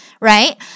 right